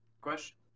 Question